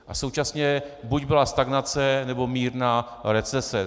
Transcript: A současně buď byla stagnace, nebo mírná recese.